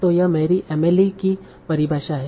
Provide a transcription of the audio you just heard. तों यह मेरी MLE की परिभाषा है